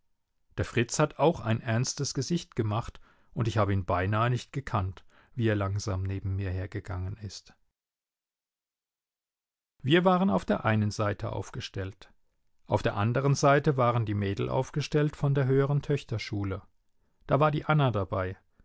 der fritz hat auch ein ernstes gesicht gemacht und ich habe ihn beinahe nicht gekannt wie er langsam neben mir hergegangen ist wir waren auf der einen seite aufgestellt auf der anderen seite waren die mädel aufgestellt von der höheren töchterschule da war die anna dabei